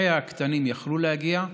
אחיה הקטנים יכלו להגיע,